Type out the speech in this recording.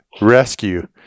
rescue